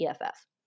EFF